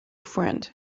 friend